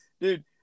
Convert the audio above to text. dude